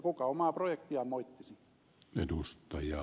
kuka omaa projektiaan moittisi